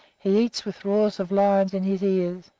he eats with roars of lions in his ears.